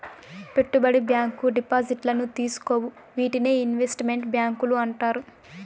పెట్టుబడి బ్యాంకు డిపాజిట్లను తీసుకోవు వీటినే ఇన్వెస్ట్ మెంట్ బ్యాంకులు అంటారు